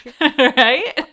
Right